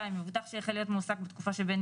2. מבוטח שיחל להיות מועסק בתקופה שבין